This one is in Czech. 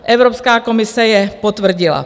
Evropská komise je potvrdila.